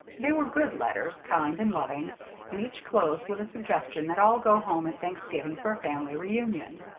they were good letters, kind and loving and each closed with a suggestion that all go home at thanksgiving for a family reunion.